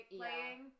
playing